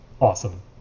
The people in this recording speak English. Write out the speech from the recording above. awesome